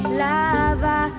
lava